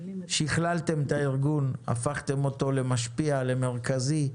שכללתם את הארגון, הפכתם אותו למשפיע, למרכזי.